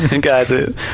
Guys